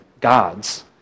gods